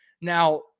Now